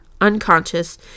unconscious